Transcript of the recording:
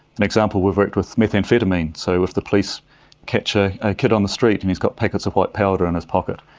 an example, we've worked with methamphetamines. so if the police catch a kid on the street and he's got packets of white powder in his pocket,